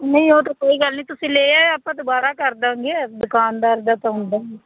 ਨਹੀਂ ਉਹ ਤਾਂ ਕੋਈ ਗੱਲ ਨਹੀਂ ਤੁਸੀਂ ਲੈ ਆਇਓ ਆਪਾਂ ਦੁਬਾਰਾ ਕਰ ਦਾਂਗੇ ਦੁਕਾਨਦਾਰ ਦਾ ਹੁੰਦਾ ਹੀ ਨਹੀਂ